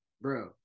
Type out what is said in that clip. bro